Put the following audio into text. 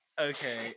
okay